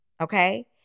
Okay